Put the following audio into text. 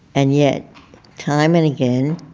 and yet time and again,